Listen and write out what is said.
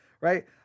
Right